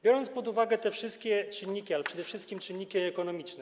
Biorąc pod uwagę te wszystkie czynniki, ale przede wszystkim czynniki ekonomiczne,